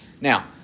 Now